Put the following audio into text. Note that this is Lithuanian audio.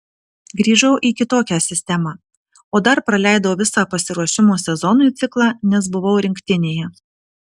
grįžau į kitokią sistemą o dar praleidau visą pasiruošimo sezonui ciklą nes buvau rinktinėje